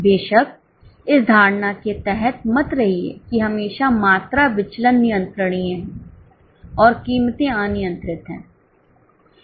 बेशक इस धारणा के तहत मत रहिए कि हमेशा मात्रा विचलन नियंत्रणीय हैं और कीमतें अनियंत्रित हैं